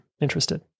interested